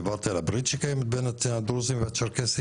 דיברתי על הברית שקיימת בין הדרוזים לצ'רקסיים,